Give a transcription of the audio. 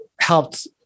helped